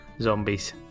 zombies